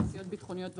תעשיות ביטחוניות וכו'.